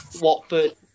Watford